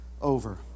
over